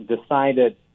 decided